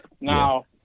Now